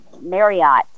Marriott